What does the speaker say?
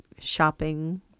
shopping